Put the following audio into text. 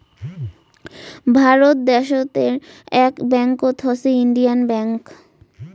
ভারত দ্যাশোতের আক ব্যাঙ্কত হসে ইন্ডিয়ান ব্যাঙ্ক